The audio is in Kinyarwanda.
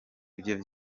ivyo